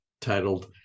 titled